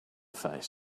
face